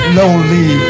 lonely